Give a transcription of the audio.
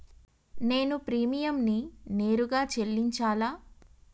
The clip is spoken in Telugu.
నేను ప్రీమియంని నేరుగా చెల్లించాలా?